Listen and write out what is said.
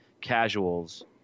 casuals